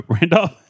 Randolph